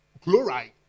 chloride